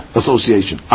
association